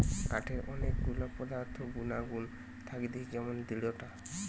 কাঠের অনেক গুলা পদার্থ গুনাগুন থাকতিছে যেমন দৃঢ়তা